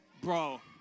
Bro